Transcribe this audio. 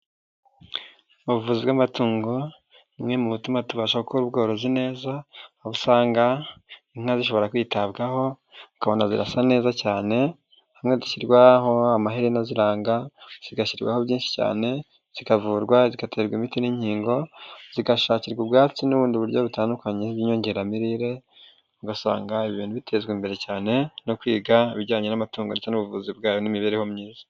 Ubuvuzi bw'amatungo, bumwe mu bituma tubasha gukora ubworozi neza, aho usanga inka zishobora kwitabwaho ukabona zirasa neza cyane, hamwe dushyirwaho amaherena aziranga, zigashyirwaho byinshi cyane, zikavurwa, zigaterwa imiti n'inkingo, zigashakirwa ubwatsi n'ubundi buryo butandukanye bw'inyongeramirire, ugasanga ibi bintu bitezwa imbere cyane no kwiga ibijyanye n'amatungo ndetse n'ubuvuzi bwayo n'imibereho myiza.